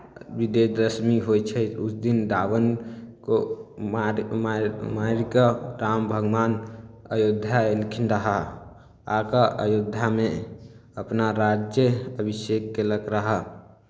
विजय दशमी होइ छै उस दिन रावण को मार मारि मारि कऽ राम भगवान अयोध्या अयलखिन रहए आ कऽ अयोध्यामे अपना राज्य अभिषेक कयलक रहय